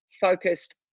focused